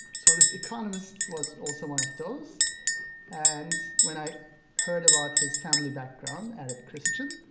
so this economist was also one of those and when i heard about his family background, arab christian,